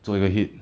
做一个 H_I_T_T